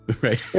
Right